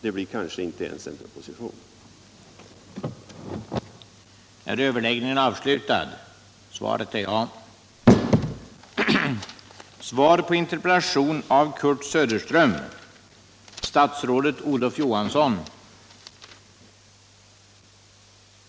Det kanske inte blir någon proposition över huvud taget i detta ärende.